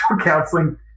counseling